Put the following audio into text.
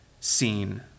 seen